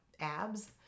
abs